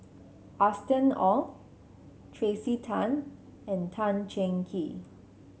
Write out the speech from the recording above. Austen Ong Tracey Tan and Tan Cheng Kee